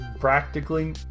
practically